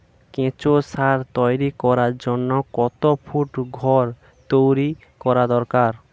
কেঁচো সার তৈরি করার জন্য কত ফুট ঘর তৈরি করা দরকার?